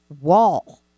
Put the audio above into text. wall